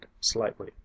slightly